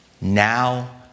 Now